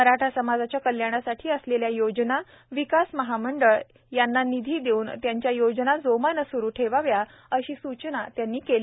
मराठा समाजाच्या कल्याणासाठी असलेल्या योजना विकास महामंडळ यांना निधी देऊन त्यांच्या योजना जोमानं सुरु ठेवाव्यात अशी सूचना त्यांनी यावेळी केली